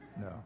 No